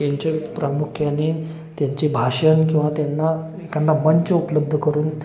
त्यांच्या प्रामुख्याने त्यांची भाषण किंवा त्यांना एखादा मंच उपलब्ध करून